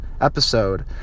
episode